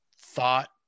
thought